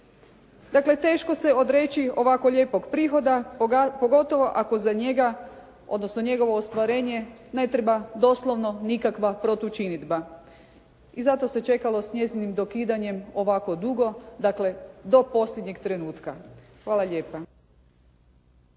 Dakle, teško se odreći ovako lijepog prihoda, pogotovo ako za njega, odnosno njegovo ostvarenje ne treba doslovno nikakva protučinidba i zato se čekalo s njezinim dokidanjem ovako dugo, dakle do posljednjeg trenutka. Hvala lijepa.